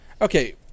Okay